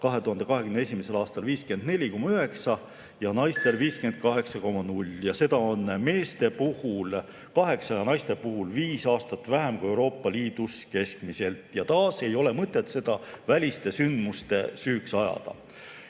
2021. aastal 54,9 ja naistel 58,0 ja see on meeste puhul kaheksa ja naiste puhul viis aastat vähem kui Euroopa Liidus keskmiselt. Taas ei ole mõtet seda väliste sündmuste süüks ajada.